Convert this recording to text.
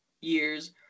years